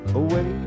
away